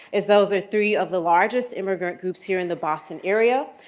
as those are three of the largest immigrant groups here in the boston area.